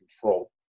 control